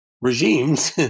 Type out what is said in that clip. regimes